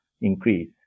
increase